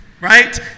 Right